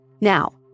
Now